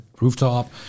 Rooftop